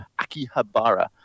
Akihabara